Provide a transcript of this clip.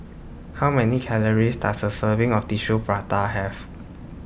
How Many Calories Does A Serving of Tissue Prata Have